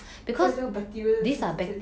等下就有 bacteria 在指甲